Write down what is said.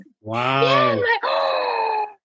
Wow